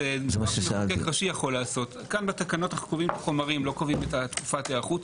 פה בתקנות אנו קובעים את החומרים לא את תקופת ההיערכות.